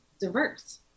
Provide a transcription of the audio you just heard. diverse